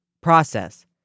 process